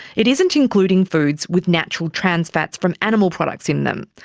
it isn't including foods with natural trans fats from animal products in them,